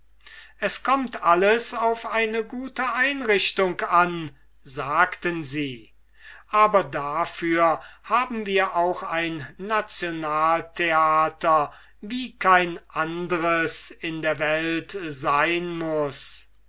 es kommt alles auf eine gute einrichtung an sagten sie aber dafür haben wir auch ein nationaltheater wie kein andres in der welt sein muß